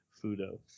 Fudo